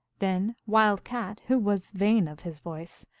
then wild cat, who was vain of his voice,